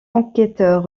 enquêteur